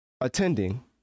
attending